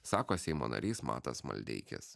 sako seimo narys matas maldeikis